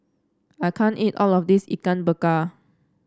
I can't eat all of this Ikan Bakar